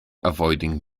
avoiding